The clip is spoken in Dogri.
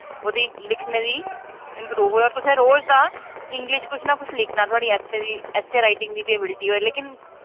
ओह्दी लिखने दी इम्प्रूव होऐ तुसें रोज दा इंग्लिश कुछ ना कुछ लिखना थोआढ़ी ऐस्से दी ऐस्से राइटिंग दी एबिलिटी होऐ लेकन